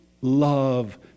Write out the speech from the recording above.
love